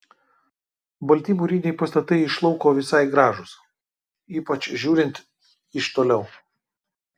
balti mūriniai pastatai iš lauko visai gražūs ypač žiūrint iš toliau